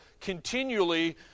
continually